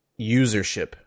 usership